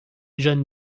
john